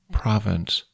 province